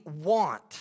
want